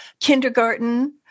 kindergarten